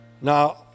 Now